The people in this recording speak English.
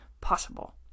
possible